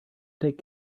take